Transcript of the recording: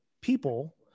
people